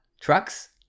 trucks